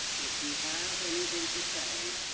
if he has anything to say,